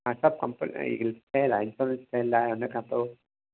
हा सभु कम ठहियल आहे इंशोरंस ठहियल आहे उन खां पोइ